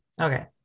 okay